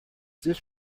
this